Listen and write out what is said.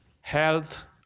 health